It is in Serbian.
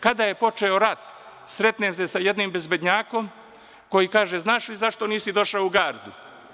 Kada je počeo rat sretnem se sa jednim bezbednjakom, koji kaže, znaš zašto nisi došao u gardu?